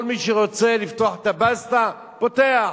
כל מי שרוצה לפתוח את הבסטה, פותח,